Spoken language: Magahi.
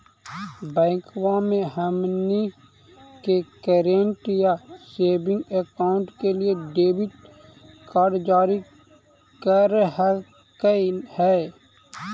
बैंकवा मे हमनी के करेंट या सेविंग अकाउंट के लिए डेबिट कार्ड जारी कर हकै है?